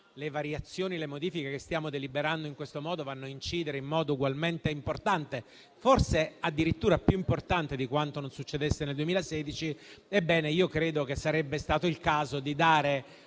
le variazioni e le modifiche che stiamo deliberando in questo modo vanno a incidere in modo ugualmente importante, forse addirittura più importante, di quanto non succedesse nel 2016. Ebbene, credo che sarebbe stato il caso di dare